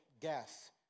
gas